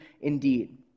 indeed